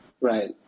Right